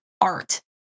art